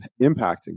impacting